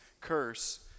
curse